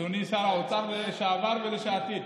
אדוני שר האוצר לשעבר ולעתיד,